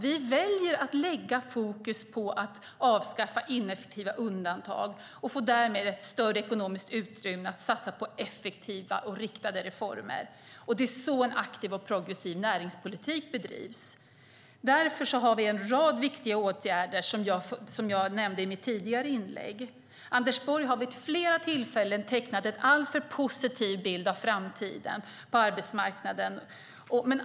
Vi väljer att lägga fokus på att avskaffa ineffektiva undantag och får därmed ett större ekonomiskt utrymme att satsa på effektiva och riktade reformer. Det är så en aktiv och progressiv näringspolitik bedrivs. Därför har vi en rad viktiga åtgärder som jag nämnde i mitt tidigare inlägg. Anders Borg har vid flera tillfällen tecknat en alltför positiv bild av arbetsmarknaden i framtiden.